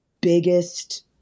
biggest